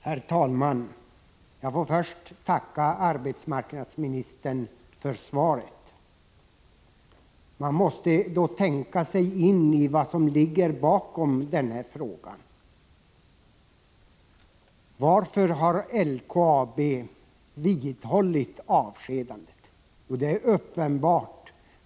Herr talman! Jag får först tacka arbetsmarknadsministern för svaret. Man måste tänka sig in i vad som ligger bakom min fråga. Varför har LKAB vidhållit avskedandet? Jo, det är uppenbart.